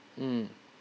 mm